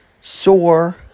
sore